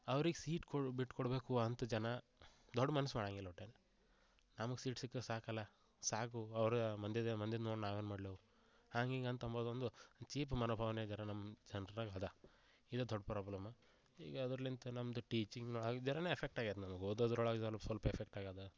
ಅವ್ರಿಗೆ ಸೀಟ್ ಕೊ ಬಿಟ್ಟು ಕೊಡಬೇಕು ಅಂತ ಜನ ದೊಡ್ಡ ಮನ್ಸು ಮಾಡೋಂಗಿಲ್ಲ ಒಟ್ಟಾರೆ ನಮ್ಗೆ ಸೀಟ್ ಸಿಕ್ರೆ ಸಾಕು ಅಲ್ಲ ಸಾಕು ಅವ್ರು ಮಂದಿದೆ ಮಂದಿನ ನೋಡಿ ನಾವೇನು ಮಾಡ್ಲೋ ಹಾಂಗೆ ಹೀಂಗೆ ಅಂತ ಅಂಬೋದೊಂದು ಚೀಪ್ ಮನೋಭಾವನೆ ಜರ ನಮ್ಮ ಜನರಾಗ್ ಅದ ಇದು ದೊಡ್ಡ ಪ್ರಾಬ್ಲಮ್ಮು ಈಗ ಅದರ್ಲಿಂತ ನಮ್ದು ಟೀಚಿಂಗ್ನೊಳಗೆ ಜರನೇ ಎಫೆಕ್ಟ್ ಆಗ್ಯದೆ ನಮಗೆ ಓದೋದ್ರೊಳಗೆ ನಮ್ಗೆ ಸ್ವಲ್ಪ ಎಫೆಕ್ಟ್ ಆಗಿದೆ